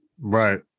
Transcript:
Right